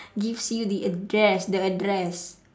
gives you the address the address